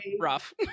rough